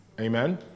Amen